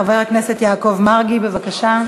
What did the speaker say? חבר הכנסת יעקב מרגי, בבקשה.